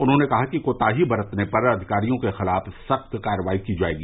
उन्होंने कहा कि कोताही बरतने पर अधिकारियों के खिलाफ सख्त कार्रवाई की जायेगी